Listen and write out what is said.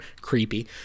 creepy